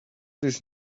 this